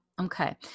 Okay